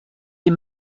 les